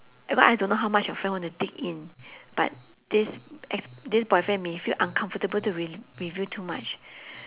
because I don't know how much your friend want to dig in but this ex this boyfriend may feel uncomfortable to re~ reveal too much